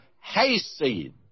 hayseed